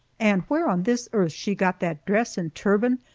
and where on this earth she got that dress and turban,